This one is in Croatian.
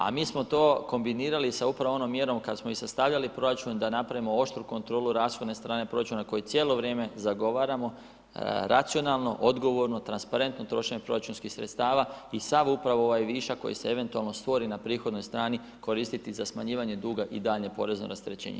A mi smo to kombinirali sa upravo onom mjerom kada smo i sastavljali proračun da napravimo oštru kontrolu rashodne strane proračuna koji cijelo vrijeme zagovaramo racionalno, odgovorno, transparentno trošenje proračunskih sredstava i sav upravo ovaj višak koji se eventualno stvori na prihodovnoj strani, koristiti za smanjivanje duga i daljnje porezno rasterećenje.